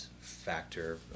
factor